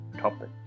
topic